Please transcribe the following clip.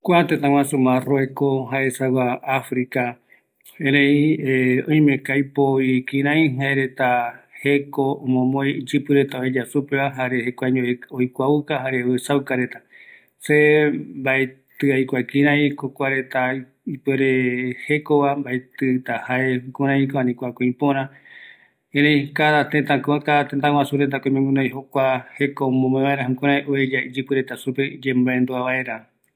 Kua tëtä jaendipo africape oï, aendua vi kua tëtäregua, jare kïraïko kuareta jeko omomoe, mbaetɨ aendu jare aesakua tëtä regua